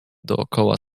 dookoła